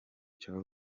cya